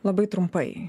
labai trumpai